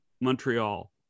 montreal